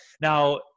Now